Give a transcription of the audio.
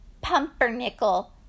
pumpernickel